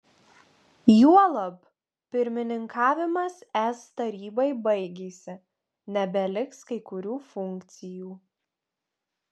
juolab pirmininkavimas es tarybai baigėsi nebeliks kai kurių funkcijų